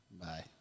Bye